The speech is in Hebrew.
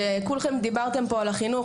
שכולכם דיברתם פה על החינוך,